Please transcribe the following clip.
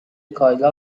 کایلا